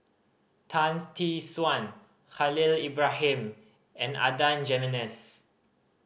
Tan's Tee Suan Khalil Ibrahim and Adan Jimenez